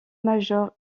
major